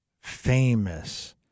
famous